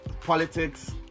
Politics